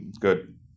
good